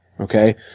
Okay